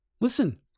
Listen